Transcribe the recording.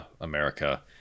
America